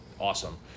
awesome